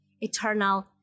eternal